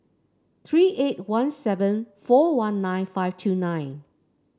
three eight one seven four one nine five two nine